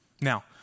Now